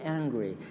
angry